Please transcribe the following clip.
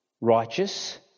righteous